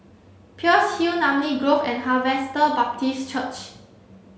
Peirce Hill Namly Grove and Harvester Baptist Church